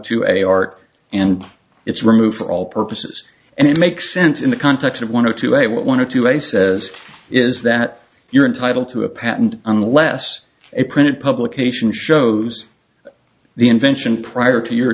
to a art and it's remove all purposes and it makes sense in the context of one or two a want to do a says is that you're entitled to a patent unless a printed publication shows the invention prior to your